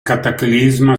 cataclisma